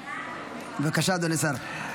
בבקשה, אדוני השר.